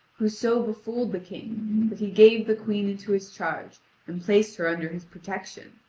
who so befooled the king that he gave the queen into his charge and placed her under his protection.